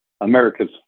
america's